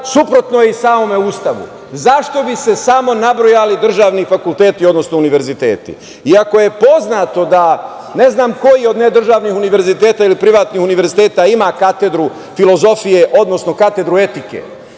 Suprotno je i samom Ustavu. Zašto bi se samo nabrojali državni fakulteti, odnosno univerziteti iako je poznato da, ne znam koji od nedržavnih univerziteta ili privatnih univerziteta ima katedru filozofije, odnosno katedru etike.